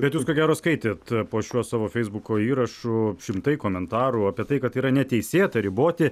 bet jūs ko gero skaitėt po šiuo savo feisbuko įrašu šimtai komentarų apie tai kad yra neteisėta riboti